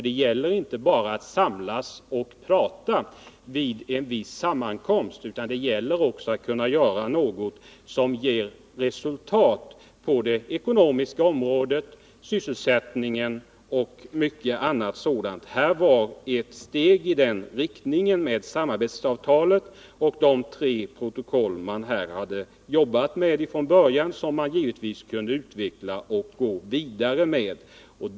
Det gäller ju inte bara att samlas för att prata vid en viss nordisk sammankomst, utan också att göra något som ger goda resultat på det ekonomiska området, för sysselsättningen osv. Ett steg i den riktningen hade tagits genom samarbetsavtalet och de tre protokoll man hade jobbat fram från början och som naturligtvis hade kunnat utvecklas till ytterligare områden.